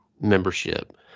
membership